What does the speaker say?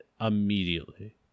immediately